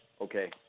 Okay